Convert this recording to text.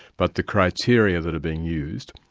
but the criteria that are being used,